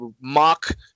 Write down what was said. mock